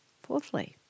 Fourthly